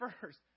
First